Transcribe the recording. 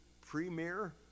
premier